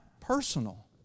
personal